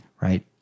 right